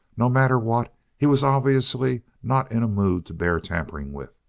no matter what, he was obviously not in a mood to bear tampering with.